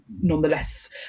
nonetheless